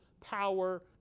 power